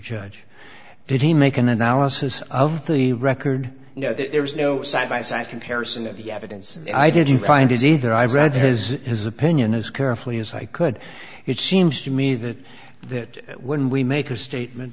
judge did he make an analysis of the record no there's no side by side comparison of the evidence i did you find is either i've read his his opinion as carefully as i could it seems to me that that when we make a statement